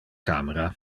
camera